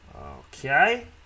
okay